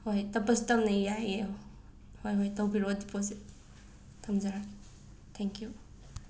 ꯍꯣꯏ ꯇꯞꯄꯁꯨ ꯇꯞꯅ ꯌꯥꯏꯌꯦ ꯍꯣꯏ ꯍꯣꯏ ꯇꯧꯕꯤꯔꯛꯑꯣ ꯗꯤꯄꯣꯖꯤꯠ ꯊꯝꯖꯔꯒꯦ ꯊꯦꯡꯀ꯭ꯌꯨ